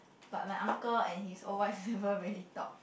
but my uncle and his old wife never really talk